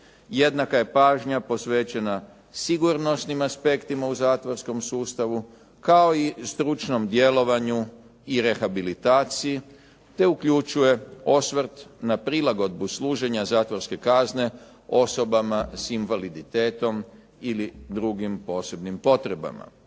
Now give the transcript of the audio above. Jednaka je pažnja posvećena sigurnosnim aspektima u zatvorskom sustavu kao i stručnom djelovanju i rehabilitaciji te uključuje osvrt na prilagodbu služenja zatvorske kazne osobama s invaliditetom ili drugim posebnim potrebama.